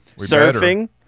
Surfing